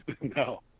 No